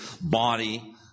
body